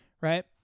right